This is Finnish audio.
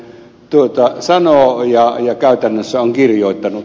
tiusanen sanoo ja käytännössä on kirjoittanut